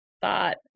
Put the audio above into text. thought